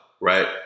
right